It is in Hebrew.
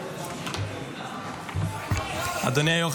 אדוני היו"ר,